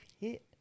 hit